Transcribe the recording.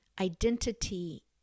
identity